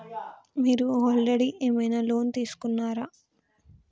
మీరు ఆల్రెడీ ఏమైనా లోన్ తీసుకున్నారా?